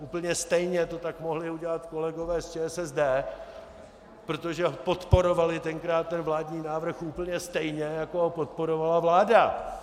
Úplně stejně to tak mohli udělat kolegové z ČSSD, protože podporovali tenkrát ten vládní návrh úplně stejně, jako ho podporovala vláda.